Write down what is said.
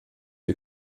die